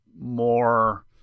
more